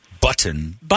Button